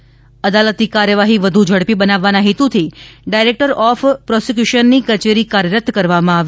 ઃ અદાલતી કાર્યવાહી વધુ ઝડપી બનાવવાના હેતુથી ડાયરેકટર ઓફ પ્રોસીક્યુશનની કચેરી કાર્યરત કરવામાં આવી